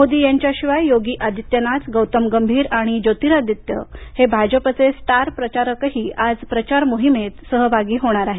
मोदी यांच्या शिवाय योगी आदित्यनाथ गौतम गंभीर आणि ज्योतिरादित्य हे भाजपचे स्टार प्रचारकही आज प्रचार मोहिमेत सहभाग घेणार आहेत